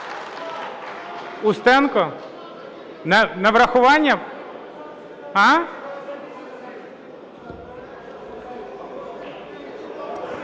Устенко? На врахування?